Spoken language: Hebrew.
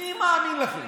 מי מאמין לכם?